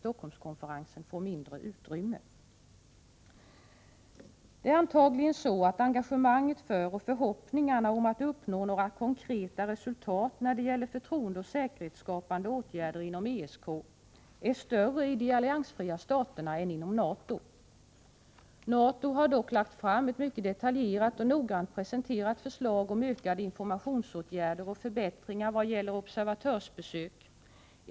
Stockholmskonferensen får mindre utrymme. Det är antagligen så att engagemanget för och förhoppningarna om att uppnå några konkreta resultat när det gäller förtroendeoch säkerhetsskapande åtgärder inom ESK är större i de alliansfria staterna än inom NATO. NATO har dock lagt fram ett mycket detaljerat och noggrant utarbetat förslag om ökade informationsåtgärder och förbättringar vad gäller observatörsbesök.